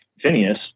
Phineas